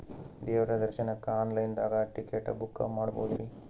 ದೇವ್ರ ದರ್ಶನಕ್ಕ online ದಾಗ ಟಿಕೆಟ ಬುಕ್ಕ ಮಾಡ್ಬೊದ್ರಿ?